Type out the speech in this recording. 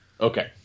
Okay